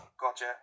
gotcha